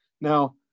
Now